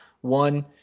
One